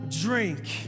drink